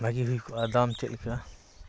ᱵᱷᱟᱜᱮ ᱦᱩᱭᱠᱚᱜᱼᱟ ᱫᱟᱢ ᱪᱮᱫᱞᱮᱠᱟ